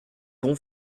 bon